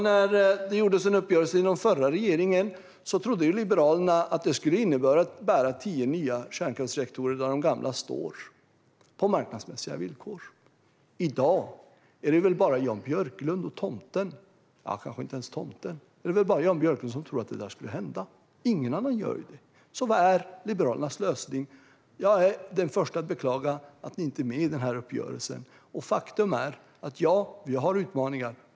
När det gjordes en uppgörelse inom förra regeringen trodde Liberalerna att det skulle innebära tio nya kärnkraftsreaktorer där de gamla står på marknadsmässiga villkor. I dag är det väl bara Jan Björklund och tomten - och kanske inte ens tomten, utan bara Jan Björklund - som tror att det skulle hända. Ingen annan gör det. Vad är Liberalernas lösning? Jag är den förste att beklaga att ni inte är med i uppgörelsen. Faktum är att vi har utmaningar.